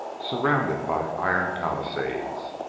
surrounded by iron palisades.